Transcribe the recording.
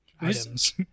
items